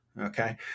okay